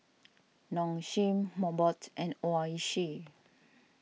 Nong Shim Mobot and Oishi